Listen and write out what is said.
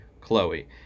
Chloe